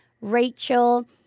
Rachel